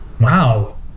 Wow